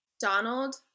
Donald